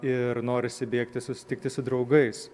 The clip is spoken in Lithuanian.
ir norisi bėgti susitikti su draugais